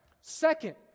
Second